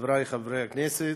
חברי חברי הכנסת,